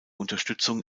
unterstützung